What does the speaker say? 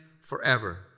forever